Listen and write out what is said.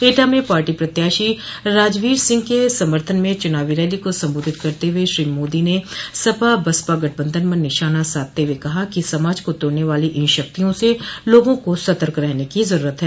एटा में पार्टी प्रत्याशी राजवीर सिंह के समर्थन में च्रनावी रैली को संबोधित करते हुए श्री मोदी ने सपा बसपा गठबंधन पर निशाना साधते हुए कहा कि समाज को तोड़ने वाली इन शक्तियों से लोगों को सतर्क रहने की जरूरत है